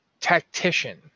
tactician